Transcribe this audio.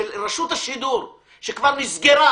של רשות השידור שכבר נסגרה,